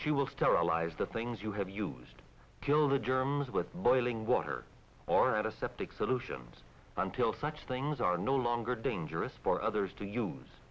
she will sterilize the things you have used to kill the germs with boiling water or at a septic solutions until such things are no longer dangerous for others to use